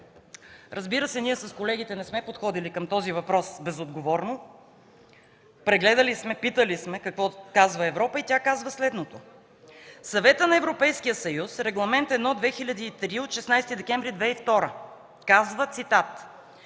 Разбира се, ние с колегите не сме подходили към този въпрос безотговорно. Прегледали сме, питали сме какво казва Европа. Тя казва следното: Съветът на Европейския съюз, Регламент № 1/2003 от 16 декември 2002 г., казва, цитат: